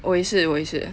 我也是我也是 eh